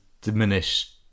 diminish